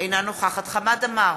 אינה נוכחת חמד עמאר,